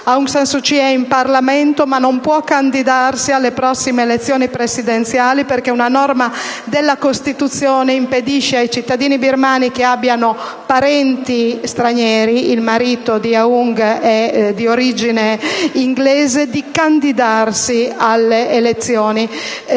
Aung San Suu Kyi è in Parlamento, ma non può candidarsi alle prossime elezioni presidenziali perché una norma della Costituzione impedisce ai cittadini birmani che abbiano parenti stranieri di candidarsi alle elezioni presidenziali.